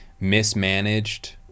mismanaged